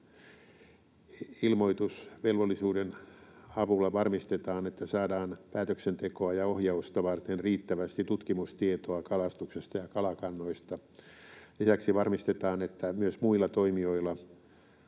Ilmoitusvelvollisuuden avulla varmistetaan, että saadaan päätöksentekoa ja ohjausta varten riittävästi tutkimustietoa kalastuksesta ja kalakannoista. Lisäksi varmistetaan, että kaikilla toimijoilla